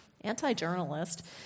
anti-journalist